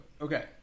okay